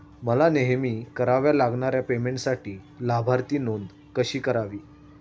मला नेहमी कराव्या लागणाऱ्या पेमेंटसाठी लाभार्थी नोंद कशी करावी?